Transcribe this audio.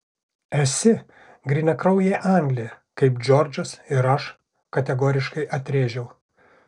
esi grynakraujė anglė kaip džordžas ir aš kategoriškai atrėžiau